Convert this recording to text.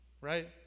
right